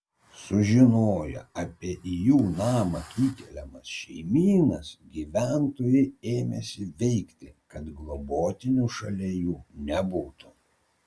sužinoję apie į jų namą įkeliamas šeimynas gyventojai ėmėsi veikti kad globotinių šalia jų nebūtų